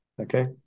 Okay